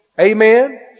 Amen